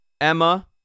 emma